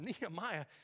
Nehemiah